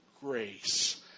grace